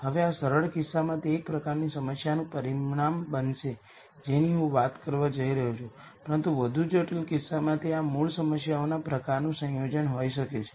હવે આ સરળ કિસ્સામાં તે એક પ્રકારની સમસ્યાનું પરિણામ બનશે જેની હું વાત કરવા જઇ રહ્યો છું પરંતુ વધુ જટિલ કિસ્સામાં તે આ મૂળ સમસ્યાઓના પ્રકારનું સંયોજન હોઈ શકે છે